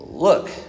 Look